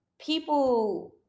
people